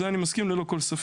על זה אני מסכים ללא כל ספק.